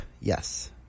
yes